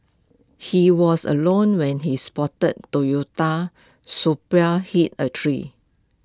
he was alone when his sporty Toyota Supra hit A tree